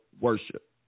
worship